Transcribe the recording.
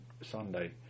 Sunday